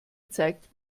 zeigt